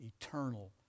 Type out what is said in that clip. eternal